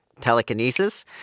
telekinesis